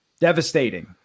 Devastating